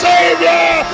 Savior